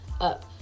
up